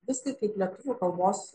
visgi kaip lietuvių kalbos